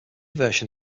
version